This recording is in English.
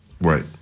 Right